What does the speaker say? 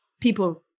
people